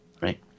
right